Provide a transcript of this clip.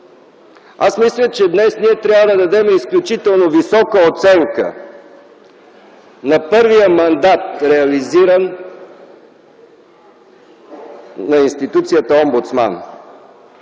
Аз мисля, че днес трябва да дадем изключително висока оценка на първия реализиран мандат на институцията „Омбудсман”.